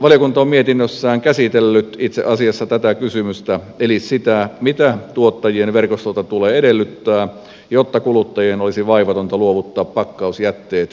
valiokunta on mietinnössään käsitellyt itse asiassa tätä kysymystä eli sitä mitä tuottajien verkostolta tulee edellyttää jotta kuluttajien olisi vaivatonta luovuttaa pakkausjätteet kierrätettäväksi